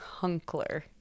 Hunkler